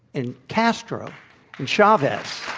and castro and chavez?